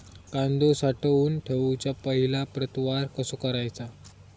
कांदो साठवून ठेवुच्या पहिला प्रतवार कसो करायचा?